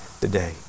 today